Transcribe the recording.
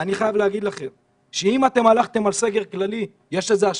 אני חייב להגיד לכם שאם הלכתם על סגר כללי יש לזה השלכה,